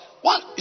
One